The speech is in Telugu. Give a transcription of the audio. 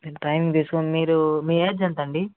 నేను టైం తీసుకొని మీరు మీ ఏజ్ ఎంతండి